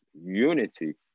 unity